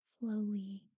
slowly